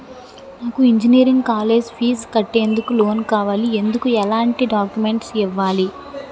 నాకు engineering college fees కట్టేందుకు loan కావాలి, ఎందుకు ఎలాంటి డాక్యుమెంట్స్ ఇవ్వాలి?